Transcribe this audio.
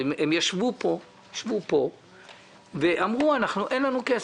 הם ישבו פה ואמרו: אין לנו כסף,